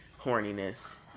horniness